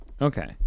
Okay